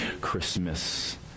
Christmas